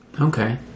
Okay